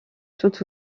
tout